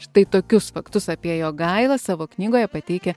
štai tokius faktus apie jogailą savo knygoje pateikia